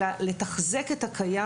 אלא לתחזק את הקיים.